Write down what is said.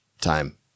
time